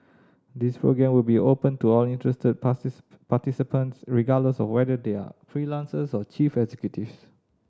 this programme will be open to all interested participants regardless of whether they are freelancers or chief executives